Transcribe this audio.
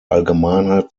allgemeinheit